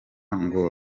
ngo